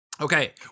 Okay